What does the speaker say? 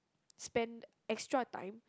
spend extra time